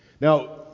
Now